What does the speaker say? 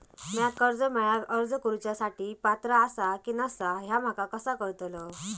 म्या कर्जा मेळाक अर्ज करुच्या साठी पात्र आसा की नसा ह्या माका कसा कळतल?